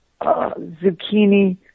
zucchini